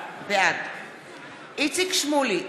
בעד איציק שמולי,